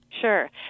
Sure